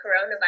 coronavirus